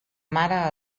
mare